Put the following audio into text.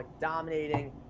dominating